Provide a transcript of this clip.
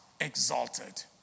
exalted